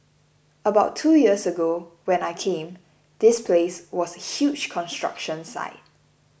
about two years ago when I came this place was a huge construction site